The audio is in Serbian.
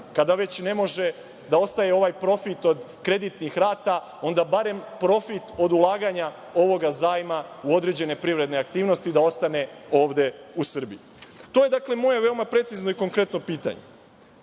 kada već ne može da ostaje ovaj profit od kreditnih rata, onda barem profit od ulaganja ovoga zajma u određene privredne aktivnosti da ostane ovde u Srbiji. Dakle, to je moje veoma precizno i konkretno pitanje.